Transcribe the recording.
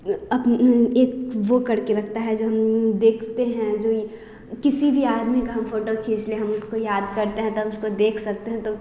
एक वह करके रखता है जो हम देखते हैं जो किसी भी आदमी का हम फोटो खींच ले हम उसको याद करते हैं तो हम उसको देख सकते हैं तो